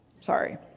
sorry